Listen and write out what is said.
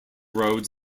roads